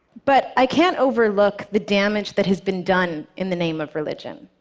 but i can't overlook the damage that has been done in the name of religion,